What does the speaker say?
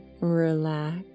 Relax